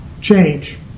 change